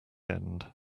end